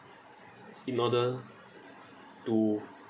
in order to